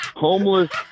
Homeless